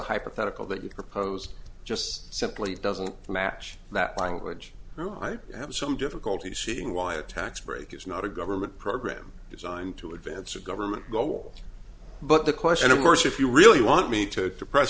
hypothetical that you proposed just simply doesn't match that language and i have some difficulty seeing why a tax break is not a government program designed to advance a government goal but the question of course if you really want me to suppress